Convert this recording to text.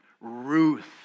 Ruth